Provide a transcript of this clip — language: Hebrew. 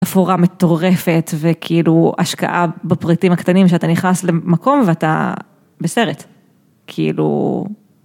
תפאורה מטורפת וכאילו השקעה בפריטים הקטנים שאתה נכנס למקום ואתה בסרט, כאילו.